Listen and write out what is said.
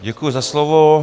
Děkuji za slovo.